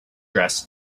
dress